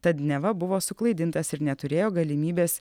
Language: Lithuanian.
tad neva buvo suklaidintas ir neturėjo galimybės